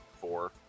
four